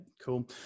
cool